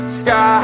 sky